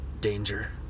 danger